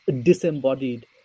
disembodied